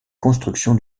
construction